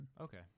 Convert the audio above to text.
Okay